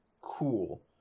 Cool